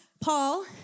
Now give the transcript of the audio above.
Paul